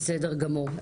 בסדר גמור.